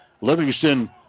Livingston